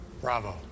Bravo